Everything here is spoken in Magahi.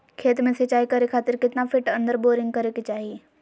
खेत में सिंचाई करे खातिर कितना फिट अंदर बोरिंग करे के चाही?